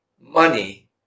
money